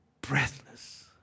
breathless